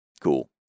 cool